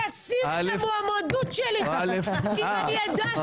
אסיר את המועמדות שלי אם אדע שהוא הולך להיות קבוע.